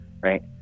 right